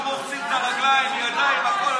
דרך אגב, הם גם רוחצים את הרגליים, ידיים, הכול.